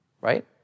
right